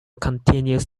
continues